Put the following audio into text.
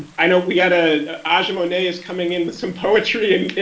i know we had ah aja monet is coming in with some poetry